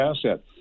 asset